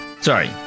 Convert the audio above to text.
Sorry